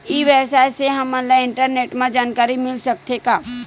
ई व्यवसाय से हमन ला इंटरनेट मा जानकारी मिल सकथे का?